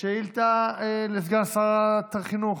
שאילתה לסגן שרת החינוך.